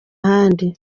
ahandi